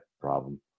problem